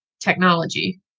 technology